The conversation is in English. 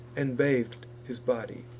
and bathed his body.